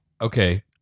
Okay